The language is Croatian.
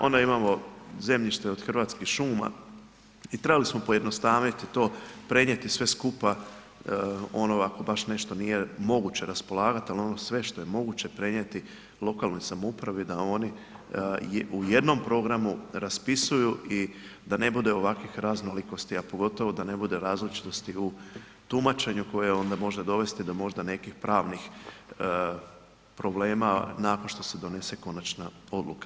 Ona imamo zemljište od Hrvatskih šuma i trebali smo pojednostavniti to, prenijeti sve skupa ono ako baš nešto nije moguće raspolagati, ali ono sve što je moguće prenijeti lokalnoj samoupravi, da oni u jednom programu raspisuju i da ne bude ovakvih raznolikosti, a pogotovo da ne bude različitosti u tumačenju koje onda može dovesti do možda nekih pravnih problema nakon što se donese konačna odluka.